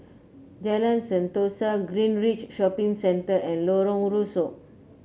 Jalan Sentosa Greenridge Shopping Center and Lorong Rusuk